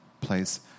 place